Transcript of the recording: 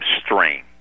strain